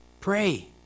Pray